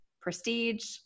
prestige